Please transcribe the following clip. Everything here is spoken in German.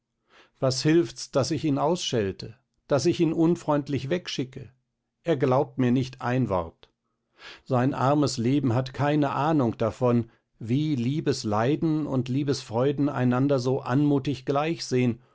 was hilft's daß ich ihn ausschelte daß ich ihn unfreundlich wegschicke er glaubt mir nicht ein wort sein armes leben hat keine ahnung davon wie liebesleiden und liebesfreuden einander so anmutig gleich sehn